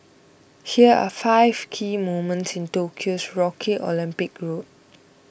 here are five key moments in Tokyo's rocky Olympic road